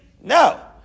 No